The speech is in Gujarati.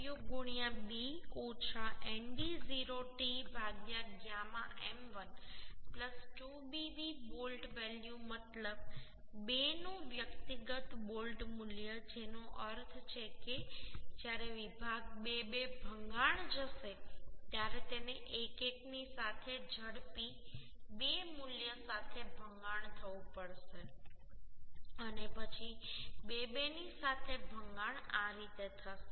9fu b ઓછા nd0 t γ m1 2Bv volt value મતલબ 2 નું વ્યક્તિગત બોલ્ટ મૂલ્ય જેનો અર્થ છે કે જ્યારે વિભાગ 2 2 ભંગાણ જશે ત્યારે તેને 1 1 ની સાથે ઝડપી 2 મૂલ્ય સાથે ભંગાણ થવું પડશે અને પછી 2 2 ની સાથે ભંગાણ આ રીતે થશે